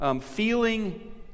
Feeling